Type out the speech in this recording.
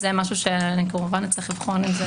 זה משהו שנצטרך לבחון.